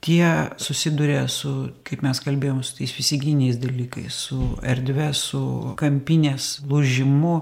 tie susiduria su kaip mes kalbėjom su tais fizikiniais dalykais su erdve su kampinės lūžimu